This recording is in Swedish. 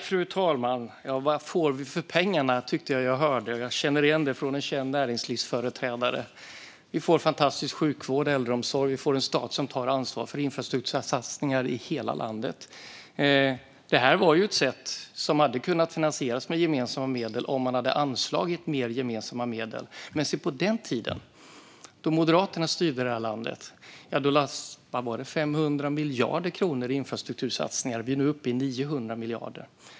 Fru talman! Jag tyckte att jag hörde frågan: Vad får vi för pengarna? Jag känner igen det från en känd näringslivsföreträdare. Vi får fantastisk sjukvård och äldreomsorg. Vi får en stat som tar ansvar för infrastruktursatsningar i hela landet. Det här var något som hade kunnat finansieras med gemensamma medel om man hade anslagit mer gemensamma medel. Men på den tiden, då Moderaterna styrde landet, lades - vad var det? - 500 miljarder kronor på infrastruktursatsningar. Vi är nu uppe i 900 miljarder.